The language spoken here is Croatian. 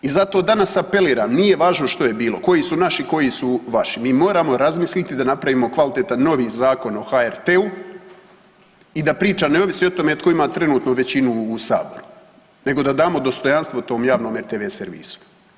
I zato danas apeliram, nije važno što je bilo, koji su naši, koji su vaši, mi moramo razmisliti da napravimo kvalitetan novi Zakon o HRT-u i da priča ne ovisi o tome tko ima trenutku većinu u Saboru nego da damo dostojanstvo tom javnome TV servisu.